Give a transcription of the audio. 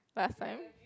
last time